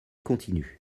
continue